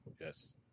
Yes